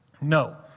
No